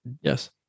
yes